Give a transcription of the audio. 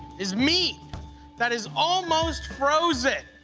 is meat that is almost frozen.